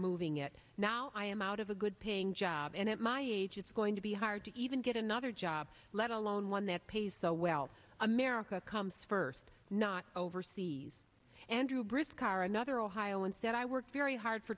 moving it now i am out of a good paying job and at my age it's going to be hard to even get another job let alone one that pays so well america comes first not overseas andrew briscoe or another ohio instead i worked very hard for